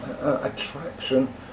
attraction